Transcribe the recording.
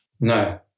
No